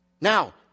Now